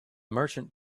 merchant